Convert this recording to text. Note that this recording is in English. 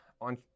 On